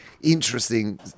interesting –